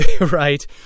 Right